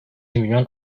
milyon